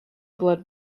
blood